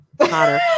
Potter